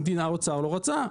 המדינה רוצה או לא רוצה.